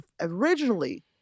originally